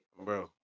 bro